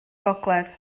gogledd